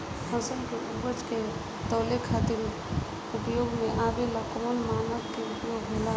फसल के उपज के तौले खातिर उपयोग में आवे वाला कौन मानक के उपयोग होला?